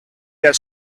their